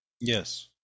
yes